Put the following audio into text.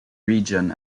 region